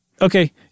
Okay